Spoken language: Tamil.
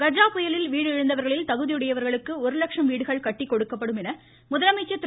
கஜா புயலில் வீடு இழந்தவர்களில் தகுதியுடையவர்களுக்கு ஒரு லட்சம் வீடுகள் கட்டிக் கொடுக்கப்படும் என்று முதலமைச்சர் திரு